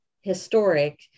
historic